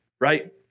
right